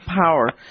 Power